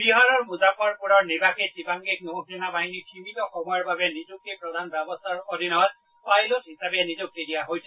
বিহাৰৰ মুজাফ্ফৰপুৰৰ নিবাসী শিবাংগীক নৌ সেনা বাহিনীত সীমিত সময়ৰ বাবে নিযুক্তি প্ৰদান ব্যৱস্থাৰ অধীনত পাইলট হিচাপে নিযুক্তি দিয়া হৈছে